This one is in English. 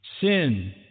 sin